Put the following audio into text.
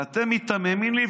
ואתם מיתממים לי?